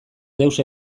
deus